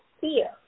fear